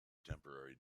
temporary